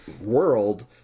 world